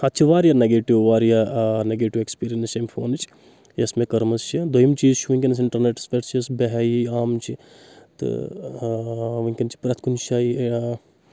اتھ چھِ واریاہ نگیٹِو واریاہ نگیٹِو ایٚکٕسپیٖرینٕس ییٚمہِ فونٕچ یۄس مےٚ کٔرمٕژ چھِ دٔویِم چیٖز چھِ وٕنکؠنَس اِنٹرنیٹس پؠٹھ چھِ یۄس بہٲیی عام چھِ تہٕ وٕنکؠن چھِ پرؠتھ کُنہِ جایہِ